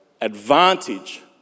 advantage